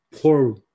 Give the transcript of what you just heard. poor